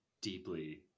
deeply